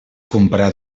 comprar